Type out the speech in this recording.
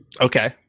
Okay